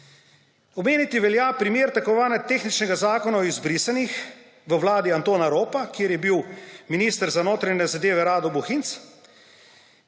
Omeniti velja primer tako imenovanega tehničnega Zakona o izbrisanih v vladi Antona Ropa, kjer je bil minister za notranje zadeve Rado Bohinc,